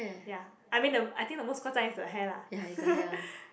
ya I mean the I think the most 夸张 is the hair lah